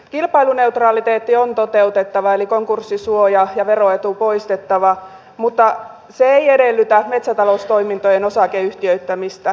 kilpailuneutraliteetti on toteutettava eli konkurssisuoja ja veroetu poistettava mutta se ei edellytä metsätaloustoimintojen osakeyhtiöittämistä